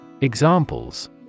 Examples